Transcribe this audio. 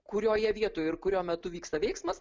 kurioje vietoje ir kuriuo metu vyksta veiksmas